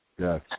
Yes